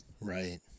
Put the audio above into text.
Right